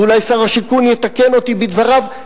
ואולי שר השיכון יתקן אותי בדבריו,